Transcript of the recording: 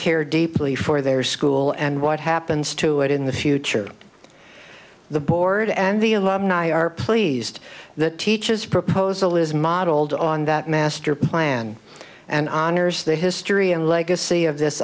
care deeply for their school and what happens to it in the future the board and the alumni are pleased that teaches proposal is modeled on that master plan and honors the history and legacy of this